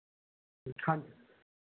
ਹਾਂ